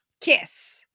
Kiss